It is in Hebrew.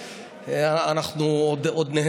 אנחנו כבר קיבלנו כמה עשרות תקנים,